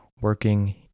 working